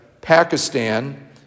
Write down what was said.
Pakistan